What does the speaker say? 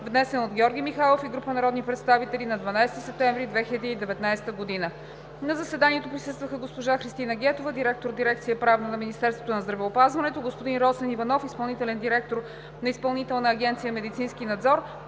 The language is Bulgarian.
внесен от Георги Михайлов и група народни представители на 12 септември 2019 г. На заседанието присъстваха: госпожа Христина Гетова – директор на дирекция „Правна“ на Министерството на здравеопазването; господин Росен Иванов – изпълнителен директор на Изпълнителна агенция „Медицински надзор“;